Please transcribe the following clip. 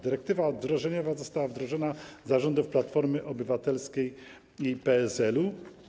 Dyrektywa wdrożeniowa została wdrożona za rządów Platformy Obywatelskiej i PSL-u.